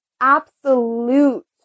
absolute